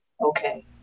okay